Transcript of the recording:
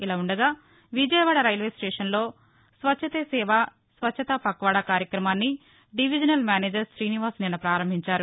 ఇలాఉండగా విజయవాద రైల్వేస్టేషన్లో స్వచ్చతే సేవ స్వచ్చతా పక్వాడా కార్యక్రమాన్ని డివిజనల్ మేనేజర్ శ్రీనివాస్ నిన్న ప్రారంభించారు